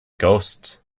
ghosts